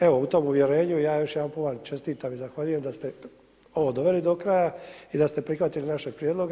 Evo, u tom uvjerenju ja još jedanput vam čestitam i zahvaljujem da ste ovo doveli do kraja i da ste prihvatili naše prijedloge.